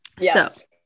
yes